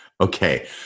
Okay